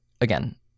Again